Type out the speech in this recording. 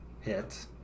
hit